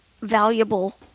valuable